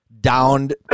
downed